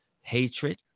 hatred